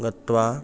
गत्वा